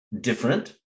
different